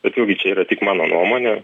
bet vėlgi čia yra tik mano nuomonė